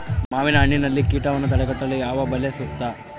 ಮಾವಿನಹಣ್ಣಿನಲ್ಲಿ ಕೇಟವನ್ನು ತಡೆಗಟ್ಟಲು ಯಾವ ಬಲೆ ಸೂಕ್ತ?